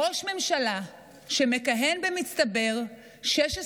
ראש ממשלה שמכהן במצטבר 16 שנים,